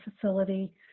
facility